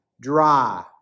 dry